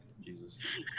Jesus